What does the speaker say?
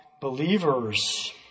believers